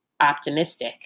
optimistic